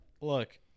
Look